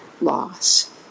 loss